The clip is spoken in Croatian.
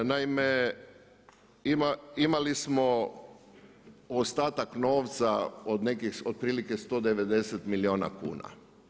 Naime, imali smo ostatak novca od nekih otprilike 190 milijuna kuna.